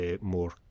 more